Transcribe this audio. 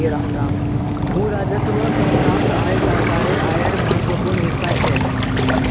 भू राजस्व स प्राप्त आय सरकारेर आयेर महत्वपूर्ण हिस्सा छेक